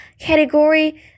category